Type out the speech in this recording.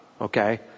Okay